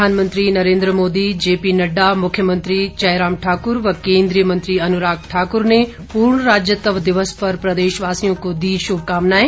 प्रधानमंत्री नरेंद्र मोदी जेपी नड्डा मुख्यमंत्री जयराम ठाकुर व केंद्रीय मंत्री अनुराग ठाकुर ने पूर्ण राज्यत्व दिवस पर प्रदेशवासियों को दी शुभकामनाएं